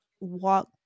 walk